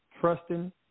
trusting